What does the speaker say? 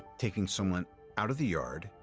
taking someone out of the yard,